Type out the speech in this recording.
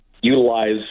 utilize